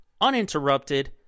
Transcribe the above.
uninterrupted